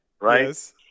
right